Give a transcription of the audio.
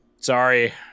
sorry